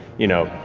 you know,